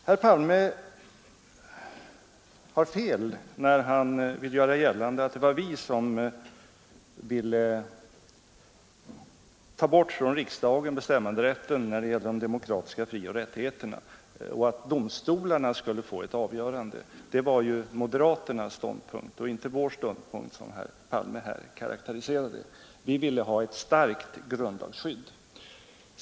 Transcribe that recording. Herr Palme har fel när han vill göra gällande att det var vi som ville ta bort från riksdagen bestämmanderätten när det gäller de demokratiska frioch rättigheterna och att domstolarna skulle få ett avgörande inflytande. Det var ju moderaternas ståndpunkt och inte vår som herr Palme här karakteriserade. Vi ville ha ett starkt grundlagsskydd.